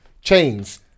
Chains